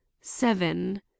seven